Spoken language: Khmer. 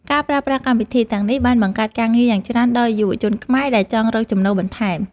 ការប្រើប្រាស់កម្មវិធីទាំងនេះបានបង្កើតការងារយ៉ាងច្រើនដល់យុវជនខ្មែរដែលចង់រកចំណូលបន្ថែម។